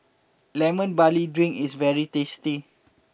Lemon Barley Drink is very tasty